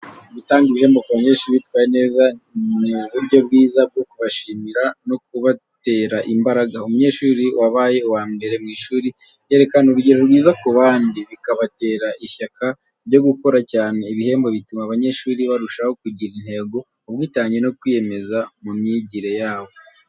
Gutanga ibihembo ku banyeshuri bitwaye neza ni uburyo bwiza bwo kubashimira no kubatera imbaraga. Umunyeshuri wabaye uwa mbere mu ishuri yerekana urugero rwiza ku bandi, bikabatera ishyaka ryo gukora cyane. Ibihembo bituma abanyeshuri barushaho kugira intego, ubwitange no kwiyemeza mu myigire yabo.